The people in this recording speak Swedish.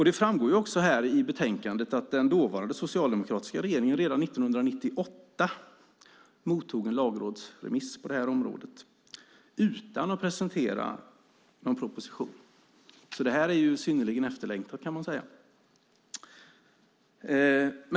Det framgår också av betänkandet att den dåvarande socialdemokratiska regeringen redan 1998 mottog en lagrådsremiss på området, utan att presentera någon proposition. Det här är alltså synnerligen efterlängtat, kan man säga.